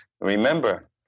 Remember